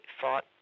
fought